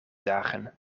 dagen